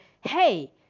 hey